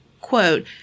quote